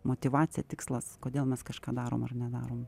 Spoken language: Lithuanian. motyvacija tikslas kodėl mes kažką darom ar nedarom